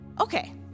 Okay